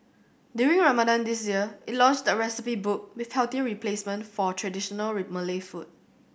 during Ramadan this year it launched a recipe book with healthier replacements for traditional Malay food